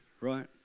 right